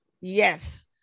yes